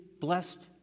blessed